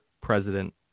president